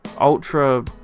ultra